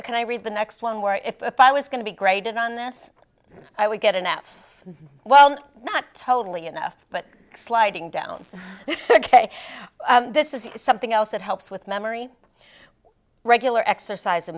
can i read the next one where if i was going to be graded on this i would get an f well not totally enough but sliding down this is something else that helps with memory regular exercise